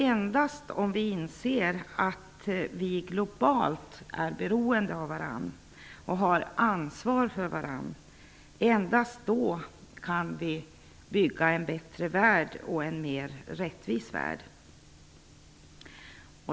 Endast om vi inser att vi globalt är beroende av varandra och att vi har ansvar för varandra, kan vi bygga en bättre och mer rättvis värld.